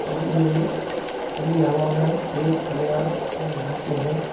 के लिए खुली हवा में खेत खलिहान में घूमते हैं